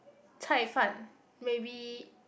caifan maybe